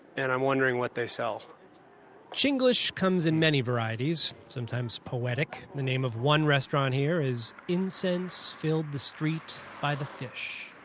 and i'm wondering what they sell chinglish comes in many varieties. sometimes poetic. the name of one restaurant here is incense filled the street by the fish.